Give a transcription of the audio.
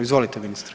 Izvolite ministre.